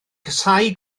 casáu